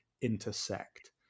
intersect